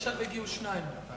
עכשיו הגיעו שניים.